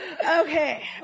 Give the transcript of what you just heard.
okay